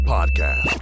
Podcast